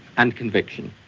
and conviction.